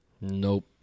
Nope